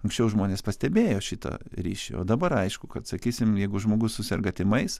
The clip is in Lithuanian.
anksčiau žmonės pastebėjo šitą ryšį o dabar aišku kad sakysim jeigu žmogus suserga tymais